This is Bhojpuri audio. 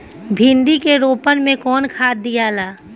भिंदी के रोपन मे कौन खाद दियाला?